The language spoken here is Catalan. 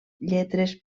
lletres